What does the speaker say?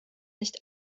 nicht